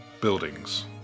buildings